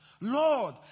Lord